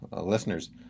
listeners